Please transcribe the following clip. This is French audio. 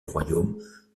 royaume